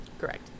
Correct